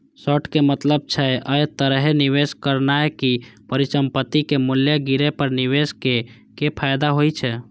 short के मतलब छै, अय तरहे निवेश करनाय कि परिसंपत्तिक मूल्य गिरे पर निवेशक कें फायदा होइ